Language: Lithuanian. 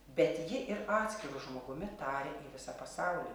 bet ji ir atskiru žmogumi taria į visą pasaulį